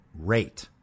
rate